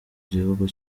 gihugu